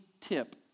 tip